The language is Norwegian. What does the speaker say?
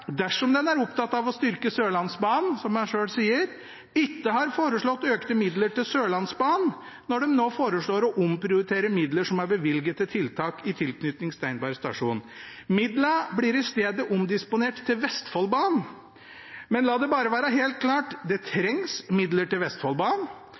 dersom den er opptatt av å styrke Sørlandsbanen – som den selv sier – ikke har foreslått økte midler til Sørlandsbanen når de nå foreslår å omprioritere midler som er bevilget til tiltak i tilknytning til Steinberg stasjon. Midlene blir i stedet omdisponert til Vestfoldbanen. Men la det være helt klart: Det